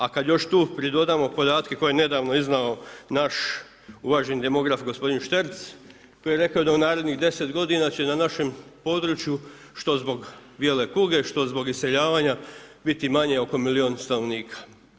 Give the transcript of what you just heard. A kada još tu pridodamo podatke koje je nedavno iznao naš uvaženi demograf gospodin Šterc koji je rekao da u narednih 10 godina će na našem području što zbog bijele kuge, što zbog iseljavanja biti manje oko milijun stanovnika.